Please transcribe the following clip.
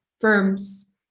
firms